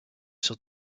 sur